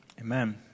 Amen